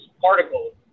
particles